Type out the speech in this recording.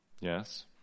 Yes